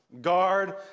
Guard